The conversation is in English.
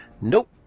Nope